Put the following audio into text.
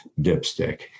dipstick